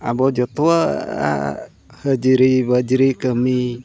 ᱟᱵᱚ ᱡᱚᱛᱚᱣᱟᱜ ᱦᱟᱹᱡᱽᱨᱤ ᱵᱟᱹᱡᱽᱨᱤ ᱠᱟᱹᱢᱤ